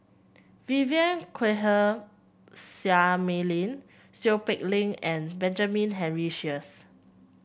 Vivien Quahe Seah Mei Lin Seow Peck Leng and Benjamin Henry Sheares